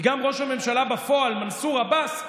כי גם ראש הממשלה בפועל מנסור עבאס,